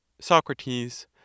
Socrates